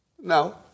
No